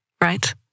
right